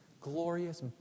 glorious